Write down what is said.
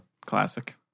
Classic